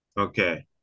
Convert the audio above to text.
Okay